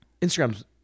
Instagram's